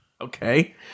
Okay